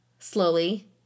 slowly